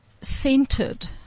centered